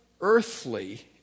earthly